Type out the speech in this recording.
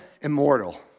immortal